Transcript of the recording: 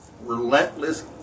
relentless